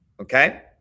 Okay